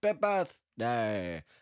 birthday